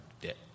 debt